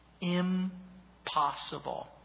Impossible